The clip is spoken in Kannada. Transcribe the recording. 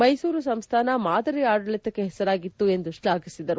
ಮ್ಟೆಸೂರು ಸಂಸ್ಟಾನ ಮಾದರಿ ಆಡಳಿತಕ್ಕೆ ಪೆಸರಾಗಿತ್ತು ಎಂದು ಶ್ಲಾಘಿಸಿದರು